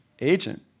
Agent